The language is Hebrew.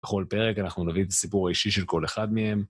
בכל פרק אנחנו נביא את הסיפור האישי של כל אחד מהם.